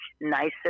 nicer